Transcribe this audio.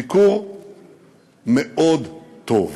ביקור מאוד טוב.